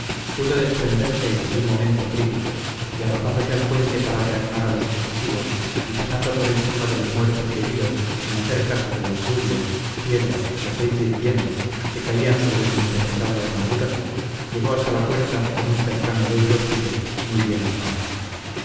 pudo desprenderse en aquel momento crítico y arrojándose al puente para reanimar a los fugitivos y pasando por encima de los muertos y heridos sin hacer caso de las lluvias piedras y aceite hirviendo que caían sobre su impenetrable armadura llegó hasta la puerta con un cercano deudo suyo muy bien armado